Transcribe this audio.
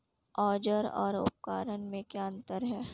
औज़ार और उपकरण में क्या अंतर है?